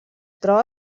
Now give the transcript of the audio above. troba